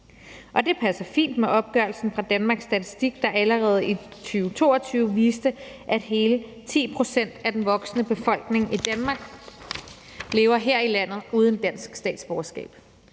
Det passer fint med opgørelsen fra Danmarks Statistik, der allerede i 2022 viste, at hele 10 pct. af den voksne befolkning i Danmark lever her i landet uden dansk statsborgerskab.